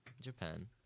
Japan